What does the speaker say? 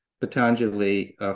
Patanjali